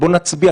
בוא נצביע,